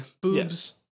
Boobs